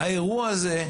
האירוע הזה,